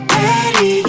ready